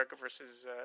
versus